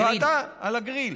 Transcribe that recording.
על הגריל.